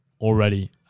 already